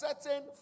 certain